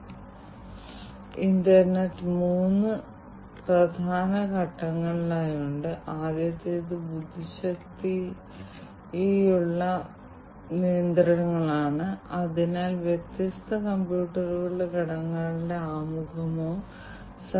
അതിനാൽ നമുക്ക് ഇവിടെ കാണാൻ കഴിയുന്നതുപോലെ ഇത് നീലയാണ് അടിസ്ഥാനപരമായി ഹൃദയമിടിപ്പ് ഇതാണ് രക്തത്തിലെ ഓക്സിജൻ സാച്ചുറേഷൻ നിങ്ങൾക്ക് ഇവിടെ കാണാനാകുന്നതുപോലെ ഈ രണ്ട് മൂല്യങ്ങളും കാലക്രമേണ ക്രമാനുഗതമായി രൂപപ്പെടുത്തുന്നു ഈ താപനില മൂല്യം ഇപ്പോഴും തുടരുന്നു